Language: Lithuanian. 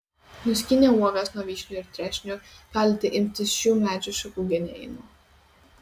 nuskynę uogas nuo vyšnių ir trešnių galite imtis šių medžių šakų genėjimo